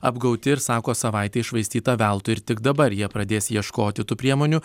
apgauti ir sako savaitė iššvaistyta veltui ir tik dabar jie pradės ieškoti tų priemonių